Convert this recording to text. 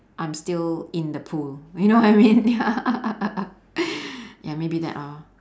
I'm still in the pool you know what I mean ya ya maybe that lor